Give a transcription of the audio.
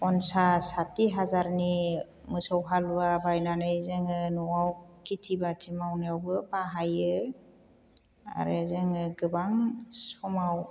पन्सास साथ्थि हाजारनि मोसौ हालुवा बायनानै जोङो न'आव खेति बाथि मावनायावबो बाहायो आरो जोङो गोबां समाव